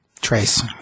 Trace